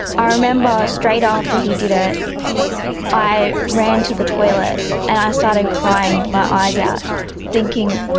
i remember straight after he did it i ran to the toilet and i started crying my eyes out thinking,